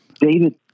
David